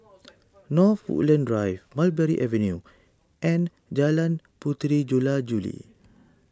North Woodlands Drive Mulberry Avenue and Jalan Puteri Jula Juli